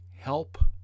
help